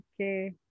Okay